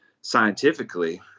scientifically